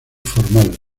formal